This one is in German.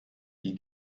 die